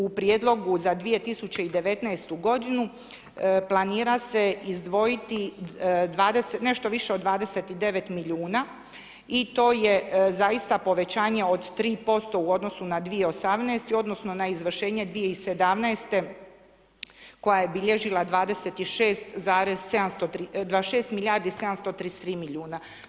U prijedlogu za 2019. godinu planira se izdvojiti nešto više od 29 milijuna i to je zaista povećanje od 3% u odnosu na 2018. i odnosno na izvršenje 2017. koja je bilježila 26 milijardi 733 milijuna.